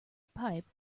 pipe